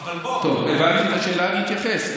אבל בוא, טוב, הבנתי את השאלה, אני אתייחס.